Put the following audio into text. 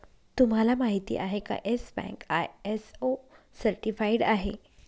तुम्हाला माहिती आहे का, येस बँक आय.एस.ओ सर्टिफाइड आहे